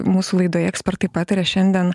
mūsų laidoje ekspertai pataria šiandien